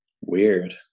weird